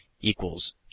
equals